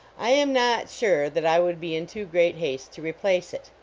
i am not sure that i would be in too great haste to replace it.